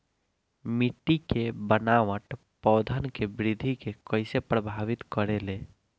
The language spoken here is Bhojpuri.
मिट्टी के बनावट पौधन के वृद्धि के कइसे प्रभावित करे ले?